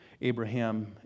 Abraham